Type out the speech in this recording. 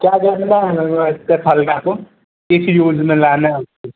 क्या करना है मैम इतने फल का आपको किस यूज़ में लाना है उसको